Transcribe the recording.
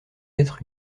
être